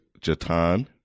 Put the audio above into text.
Jatan